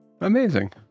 Amazing